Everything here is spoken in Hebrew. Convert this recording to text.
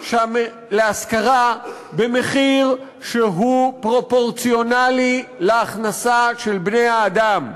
להשכרה במחיר שהוא פרופורציונלי להכנסה של בני-האדם.